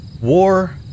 War